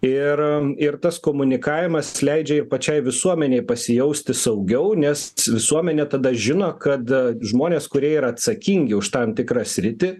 ir ir tas komunikavimas leidžia ir pačiai visuomenei pasijausti saugiau nes visuomenė tada žino kad žmonės kurie yra atsakingi už tam tikrą sritį